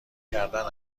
کردن